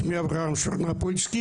שמי אברהם שרנופולסקי,